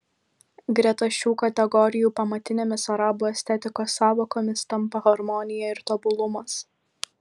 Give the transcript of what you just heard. greta šių kategorijų pamatinėmis arabų estetikos sąvokomis tampa harmonija ir tobulumas